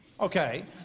okay